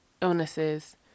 illnesses